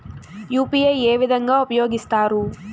UPI ఏ విధంగా ఉపయోగిస్తారు?